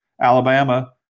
Alabama